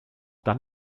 dann